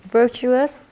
virtuous